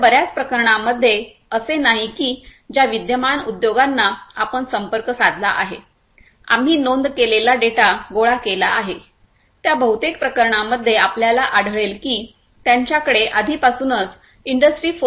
तर बर्याच प्रकरणांमध्ये असे नाही की ज्या विद्यमान उद्योगांना आपण संपर्क साधला आहे आम्ही नोंद केलेला डेटा गोळा केला आहे त्या बहुतेक प्रकरणांमध्ये आपल्याला आढळेल की त्यांच्याकडे आधीपासूनच इंडस्ट्री 4